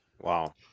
wow